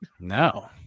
No